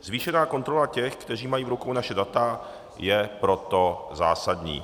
Zvýšená kontrola těch, kteří mají v rukou naše data, je proto zásadní.